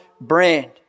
brand